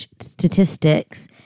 statistics